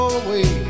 away